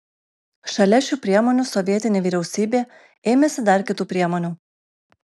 šalia šių priemonių sovietinė vyriausybė ėmėsi dar kitų priemonių